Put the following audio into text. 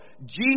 Jesus